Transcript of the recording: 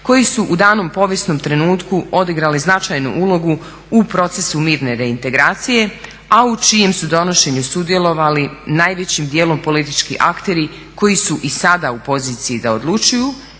koji su u danom povijesnom trenutku odigrali značajnu ulogu u procesu mirne reintegracije a u čijem su donošenju sudjelovali najvećim dijelom politički akteri koji su i sada u poziciji da odlučuju.